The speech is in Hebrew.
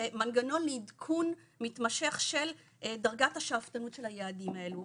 ומנגנון לעדכון מתמשך של דרגת השאפתנות של היעדים האלה.